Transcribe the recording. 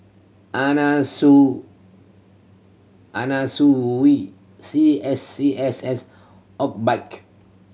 Anna Su Anna Sui C S C S S